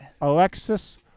Alexis